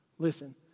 Listen